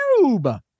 YouTube